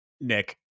nick